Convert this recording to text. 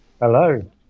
Hello